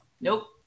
Nope